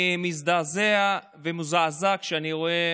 אני מזדעזע ומזועזע כשאני רואה